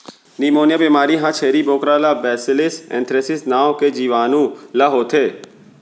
pneumonia बेमारी ह छेरी बोकरा ला बैसिलस एंथ्रेसिस नांव के जीवानु ले होथे